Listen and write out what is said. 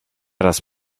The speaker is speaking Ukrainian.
раз